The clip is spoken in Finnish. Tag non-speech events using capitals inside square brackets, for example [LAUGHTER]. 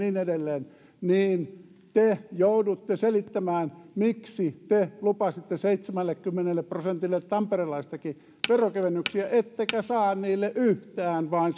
ja niin edelleen niin te joudutte selittämään miksi te lupasitte seitsemällekymmenelle prosentille tamperelaisistakin veronkevennyksiä ettekä saa heille niitä yhtään vaan [UNINTELLIGIBLE]